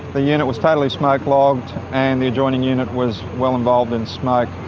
the unit was totally smoke-logged and the adjoining unit was well involved in smoke.